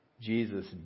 Jesus